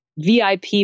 VIP